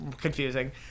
confusing